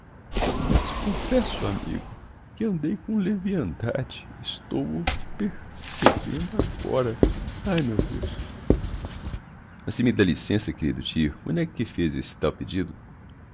mas confesso amigo que andei com leviandade estou o per cebendo agora ai meu deus mas se me dá licença querido tio quando é que fez esse tal pedido